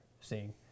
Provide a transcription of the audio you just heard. seeing